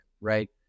right